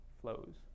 flows